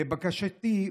לבקשתי,